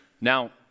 Now